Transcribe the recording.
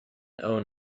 own